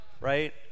right